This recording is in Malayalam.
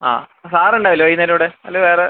ആ സാർ ഉണ്ടാവില്ലേ വൈകുന്നേരം ഇവിടെ അല്ലേ വേറെ